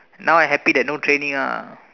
now I happy that no training ah